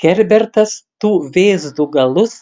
herbertas tų vėzdų galus